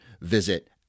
visit